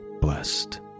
blessed